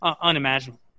unimaginable